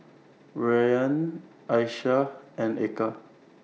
Rayyan Aishah and Eka